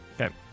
okay